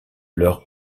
leur